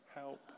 help